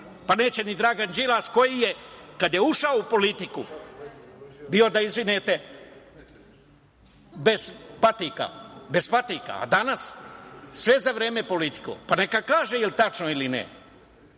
pa neće ni Dragan Đilas, koji je kada je ušao u politiku, bio da izvinete, bez patika, danas, sve za vreme politike. Neka kaže da li je tačno ili ne. Na